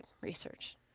research